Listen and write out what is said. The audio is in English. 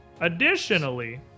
Additionally